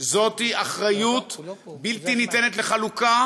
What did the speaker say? זאת אחריות בלתי ניתנת לחלוקה